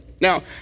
Now